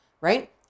right